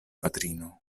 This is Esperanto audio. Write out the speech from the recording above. patrino